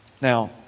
Now